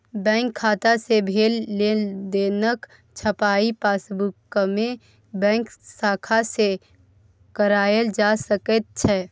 bank खाता सँ भेल लेनदेनक छपाई पासबुकमे बैंक शाखा सँ कराएल जा सकैत छै